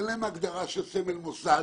אין להם הגדרה של סמל מוסד,